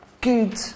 good